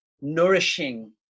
nourishing